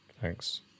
Thanks